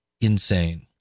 insane